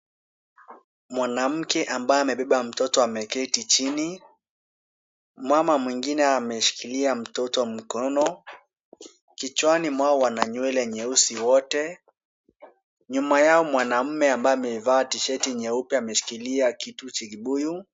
Mwanamke ambaye amebeba mtoto ameketi chini, mama mwingine ameshikilia mtoto mkono. Vichwani mwao wana nywele nyeusi wote. Nyuma yao mwanaume ambaye amevaa t-sheti nyeupe ameshikilia kitu chibuyu .